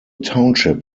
township